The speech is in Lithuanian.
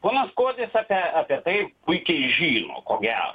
ponas kuodis apie apie tai puikiai žino ko gero